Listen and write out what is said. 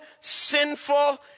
sinful